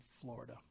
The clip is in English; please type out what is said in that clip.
Florida